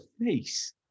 face